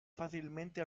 fácilmente